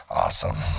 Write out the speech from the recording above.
awesome